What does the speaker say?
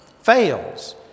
fails